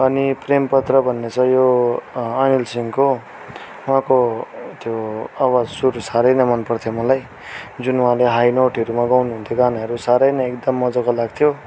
अनि प्रेम पत्र भन्ने छ यो अनिल सिँहको उहाँको त्यो आवाज सुर साह्रै नै मन पर्थ्यो मलाई जुन उहाँले हाइनोटहरूमा गाउनु हुन्थ्यो गानाहरू साह्रै नै एकदम मज्जाको लाग्थ्यो